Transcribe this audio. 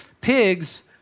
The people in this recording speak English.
pigs